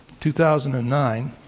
2009